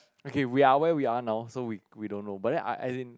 okay we are where we are now so we we don't know but then I as in